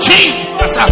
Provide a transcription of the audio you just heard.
Jesus